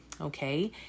okay